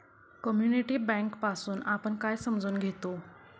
Community bank पासुन आपण काय समजून घेतो?